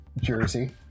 jersey